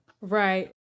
Right